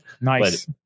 nice